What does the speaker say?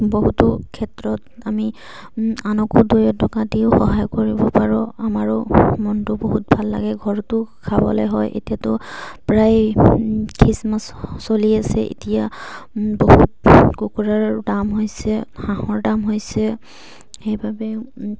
বহুতো ক্ষেত্ৰত আমি আনকো দুই এটকা দিও সহায় কৰিব পাৰোঁ আমাৰো মনটো বহুত ভাল লাগে ঘৰটো খাবলৈ হয় এতিয়াতো প্ৰায় খ্ৰীষ্টমাছ চলি আছে এতিয়া বহুত কুকুৰাৰ দাম হৈছে হাঁহৰ দাম হৈছে সেইবাবে